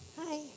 Hi